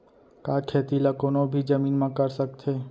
का खेती ला कोनो भी जमीन म कर सकथे?